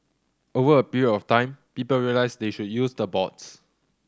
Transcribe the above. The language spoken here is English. over a period of time people realise they should use the boards